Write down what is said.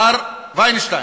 מר וינשטיין,